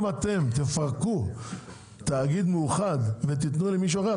אם אתם תפרקו תאגיד מאוחד ותיתנו למישהו אחר,